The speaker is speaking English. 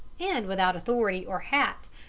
and without authority or hat,